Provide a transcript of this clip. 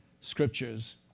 Scriptures